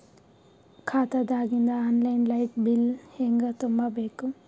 ಖಾತಾದಾಗಿಂದ online light bill ಹೇಂಗ ತುಂಬಾ ಬೇಕು?